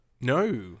No